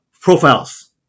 profiles